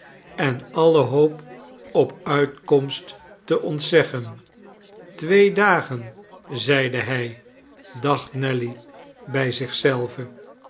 en alle hoop op uitkomst te ontzeggen twee dagen zeide hij dacht nelly bij